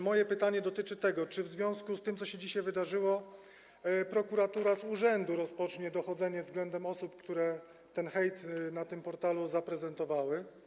Moje pytanie dotyczy tego, czy w związku z tym, co dzisiaj się wydarzyło, prokuratura z urzędu rozpocznie dochodzenie względem osób, które ten hejt na tym portalu zaprezentowały?